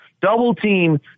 double-team